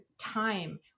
time